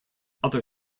other